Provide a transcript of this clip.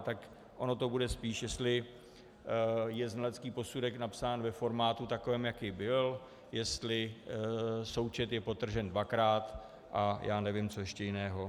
Tak ono to bude spíš, jestli je znalecký posudek napsán ve formátu takovém, jakém byl, jestli součet je podtržen dvakrát a já nevím co ještě jiného.